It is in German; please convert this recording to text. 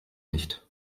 nicht